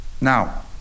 Now